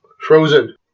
Frozen